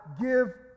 give